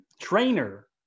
trainer